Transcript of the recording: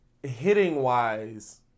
Hitting-wise